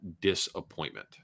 disappointment